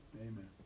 Amen